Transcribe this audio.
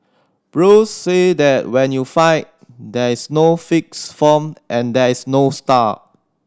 Bruce said that when you fight there is no fixed form and there is no style